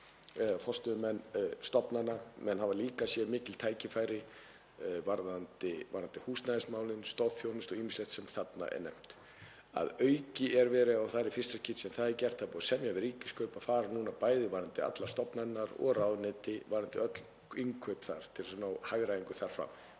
forstöðumenn stofnana. Menn hafa líka séð mikil tækifæri varðandi húsnæðismálin, stoðþjónustu og ýmislegt sem þarna er nefnt. Að auki er búið, og það er í fyrsta skipti sem það er gert, að semja við Ríkiskaup um að fara núna með, varðandi allar stofnanirnar og ráðuneyti, öll innkaup þar til að ná hagræðingu fram